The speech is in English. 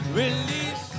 release